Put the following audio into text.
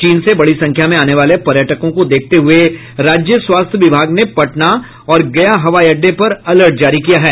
चीन से बड़ी संख्या में आने वाले पर्यटकों को देखते हुए राज्य स्वास्थ्य विभाग ने पटना और गया हवाई अड्डे पर अलर्ट जारी किया है